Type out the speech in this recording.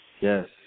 Yes